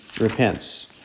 repents